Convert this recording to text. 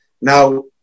Now